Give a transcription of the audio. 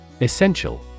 Essential